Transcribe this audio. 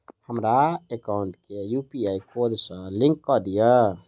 हमरा एकाउंट केँ UPI code सअ लिंक कऽ दिऽ?